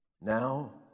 Now